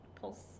Pulse